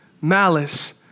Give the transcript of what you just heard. malice